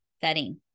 setting